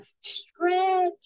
stretch